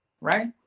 right